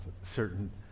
certain